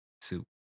soup